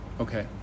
okay